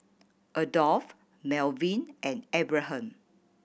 Adolph Melvyn and Abraham